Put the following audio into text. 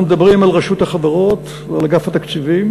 אנחנו מדברים על רשות החברות ועל אגף התקציבים,